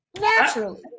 Naturally